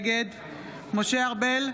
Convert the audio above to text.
נגד משה ארבל,